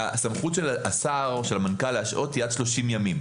הסמכות של השר או של המנכ"ל להשעות היא עד 30 ימים.